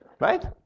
Right